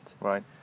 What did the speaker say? Right